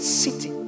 city